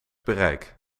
bereik